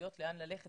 הישראליות לאן ללכת